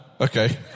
Okay